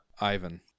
Ivan